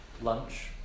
lunch